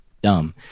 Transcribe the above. dumb